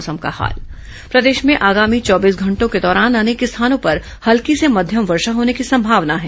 मौसम प्रदेश में आगामी चौबीस घंटों के दौरान अनेक स्थानों पर हल्की से मध्यम वर्षा होने की संभावना है